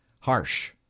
harsh